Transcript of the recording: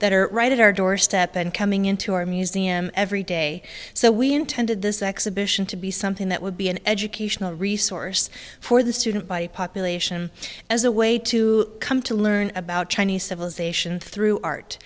that are right at our doorstep and coming into our museum every day so we intended this exhibition to be something that would be an educational resource for the student body population as a way to come to learn about chinese civilization through art